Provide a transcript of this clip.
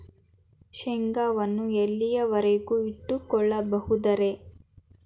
ಶೇಂಗಾವನ್ನು ಎಲ್ಲಿಯವರೆಗೂ ಇಟ್ಟು ಕೊಳ್ಳಬಹುದು ರೇ?